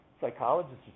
psychologists